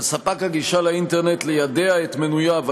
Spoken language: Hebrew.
על ספק הגישה לאינטרנט ליידע את מנוייו על